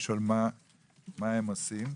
כדי לשאול מה הם עושים,